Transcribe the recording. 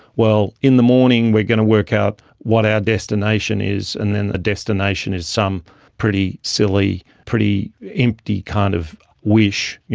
well, in the morning we're going to work out what our destination is and then the destination is some pretty silly, pretty empty kind of wish. you